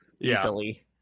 easily